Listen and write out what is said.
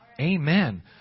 Amen